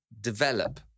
develop